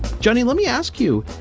jenny, let me ask you,